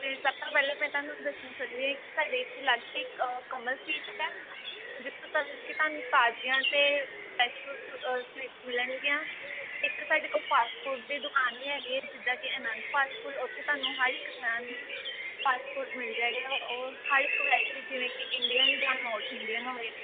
ਅਤੇ ਸਭ ਤੋਂ ਪਹਿਲਾਂ ਮੈਂ ਤੁਹਾਨੂੰ ਦੱਸਣਾ ਚਾਹੁੰਦੀ ਹਾਂ ਕਿ ਸਾਡੇ ਇੱਥੇ ਲਾਗੇ ਇੱਕ ਕਮਲ ਸਵੀਟਸ ਹੈ ਜਿਥੋਂ ਤੁਹਾਨੂੰ ਕਿ ਤੁਹਾਨੂੰ ਤਾਜ਼ੀਆਂ ਅਤੇ ਫਰੈਸ਼ ਸਵੀਟਸ ਮਿਲਣਗੀਆਂ ਇੱਕ ਸਾਡੇ ਕੋਲ ਫਾਸਟ ਫੂਡ ਦੀ ਦੁਕਾਨ ਵੀ ਹੈਗੀ ਏ ਜਿੱਦਾਂ ਕਿ ਆਨੰਦ ਫਾਸਟ ਫੂਡ ਉੱਥੇ ਤੁਹਾਨੂੰ ਹਰ ਇੱਕ ਤਰ੍ਹਾਂ ਦੀ ਫਾਸਟ ਫੂਡ ਮਿਲ ਜਾਏਗਾ ਉਹ ਹਰ ਇੱਕ ਵਰਾਈਟੀ ਜਿਵੇਂ ਕਿ ਇੰਡੀਅਨ ਜਾਂ ਨੋਰਥ ਇੰਡੀਅਨ ਹੋਵੇ